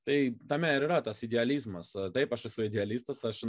tai tame ir yra tas idealizmas taip aš esu idealistas aš